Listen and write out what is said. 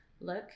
look